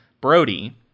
Brody